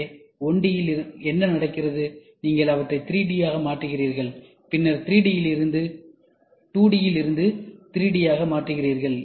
எனவே 1D இலிருந்து என்ன நடக்கிறது நீங்கள் அவற்றை 2D ஆக மாற்றுகிறீர்கள் பின்னர் 2D இலிருந்து அவற்றை 3D ஆக மாற்றுகிறீர்கள்